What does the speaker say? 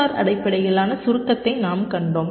R அடிப்படையிலான சுருக்கத்தை நாம் கண்டோம்